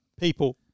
people